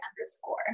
underscore